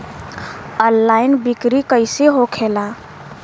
Online बिक्री कैसे होखेला?